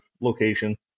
location